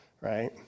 right